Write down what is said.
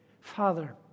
Father